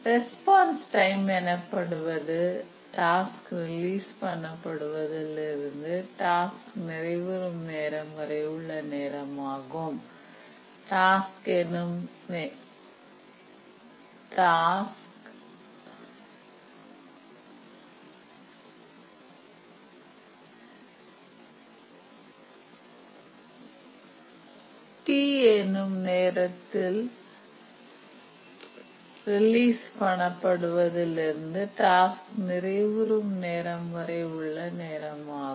response time எனப்படுவது task ரிலீஸ்பண்ணப் படுவதில் இருந்து டாஸ்க் நிறைவுறும் நேரம் வரை உள்ள நேரம் ஆகும்